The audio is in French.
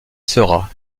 sera